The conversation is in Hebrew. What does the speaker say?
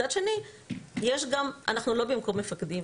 מצד שני אנחנו לא במקום מפקדים.